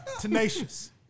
Tenacious